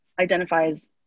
identifies